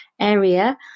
area